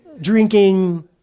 drinking